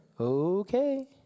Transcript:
okay